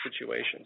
situations